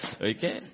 okay